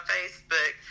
Facebook